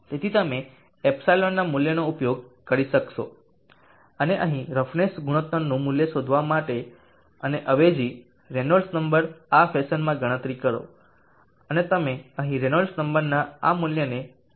તેથી તમે ε ના મૂલ્યોનો ઉપયોગ કરી શકશો અને અહીં રફનેસ ગુણોત્તરનું મૂલ્ય મેળવવા માટે અને અવેજી રેનોલ્ડ્સ નંબર આ ફેશનમાં ગણતરી કરો અને તમે અહીં રેનોલ્ડ્સ નંબરના આ મૂલ્યને અવેજી કરી શકો છો